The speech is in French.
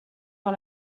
par